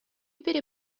теперь